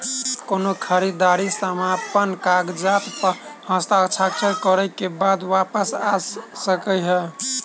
की कोनो खरीददारी समापन कागजात प हस्ताक्षर करे केँ बाद वापस आ सकै है?